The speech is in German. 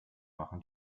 machen